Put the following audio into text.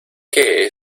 qué